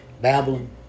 Babylon